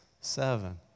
seven